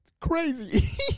Crazy